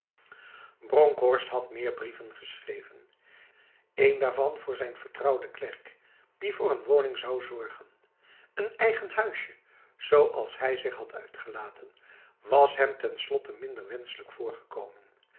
bronkhorst had meer brieven geschreven een daarvan aan zijn vertrouwde klerk die voor een woning zou zorgen een eigen huisje zoals hij zich had uitgelaten was hem ten slotte minder wenselijk voorgekomen